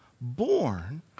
born